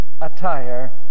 attire